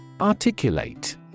Articulate